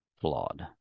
flawed